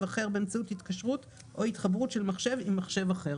אחר באמצעות התקשרות או התחברות של מחשב עם מחשב אחר;